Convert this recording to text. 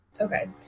Okay